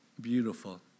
beautiful